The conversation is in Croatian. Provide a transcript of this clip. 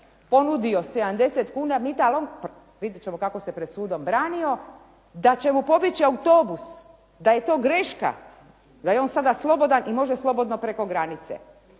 ponudio 70 kuna mita, ali vidjet ćemo kako se pred sudom branio da će mu pobjeći autobus da je to greška, da je on sada slobodan i da može slobodno preko granice.